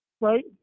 Right